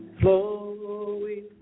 flowing